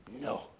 No